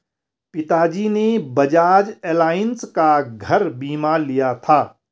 पिताजी ने बजाज एलायंस का घर बीमा लिया था